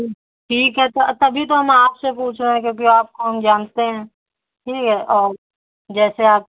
ठीक है तभी तो हम आपसे पूछ रहे हैं क्योंकि आपको हम जानते हैं ठीक है और जैसे आप